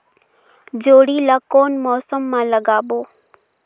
जोणी ला कोन मौसम मा लगाबो?